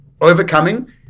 Overcoming